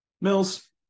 Mills